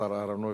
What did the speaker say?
השר אהרונוביץ,